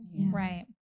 Right